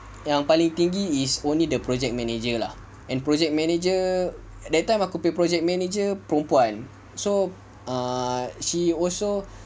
yang paling tinggi is only the project manager lah and project manager that time aku punya project manager perempuan so ah she also